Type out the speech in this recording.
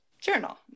journal